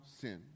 sin